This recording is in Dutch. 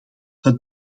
het